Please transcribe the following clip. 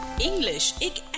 English